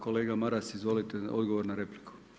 Kolega Maras, izvolite odgovor na repliku.